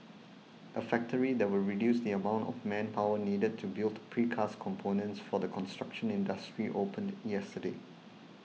a factory that will reduce the amount of manpower needed to build precast components for the construction industry opened yesterday